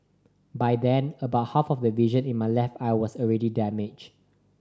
by then about half of the vision in my left eye was already damaged